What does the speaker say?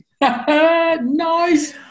Nice